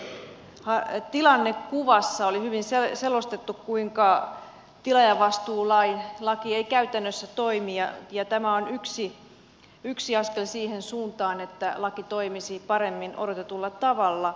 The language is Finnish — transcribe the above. harmaan talouden selvitysyksikön tilannekuvassa oli hyvin selostettu kuinka tilaajavastuulaki ei käytännössä toimi ja tämä on yksi askel siihen suuntaan että laki toimisi paremmin odotetulla tavalla